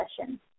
session